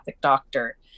doctor